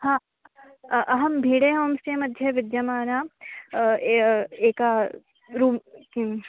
हा अहं भिडे होम् स्टेमध्ये विद्यमाना एका रूं किम्